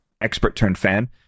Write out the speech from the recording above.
expert-turned-fan